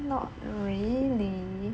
not really